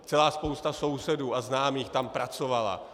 Celá spousta sousedů a známých tam pracovala.